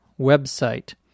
website